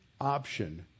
option